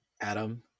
adam